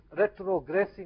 retrogressing